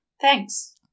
Thanks